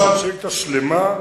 תשאל שאילתא שלמה,